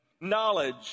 knowledge